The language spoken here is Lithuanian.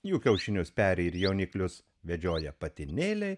jų kiaušinius peri ir jauniklius vedžioja patinėliai